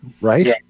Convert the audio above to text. right